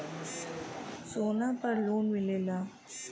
सोना पर लोन मिलेला?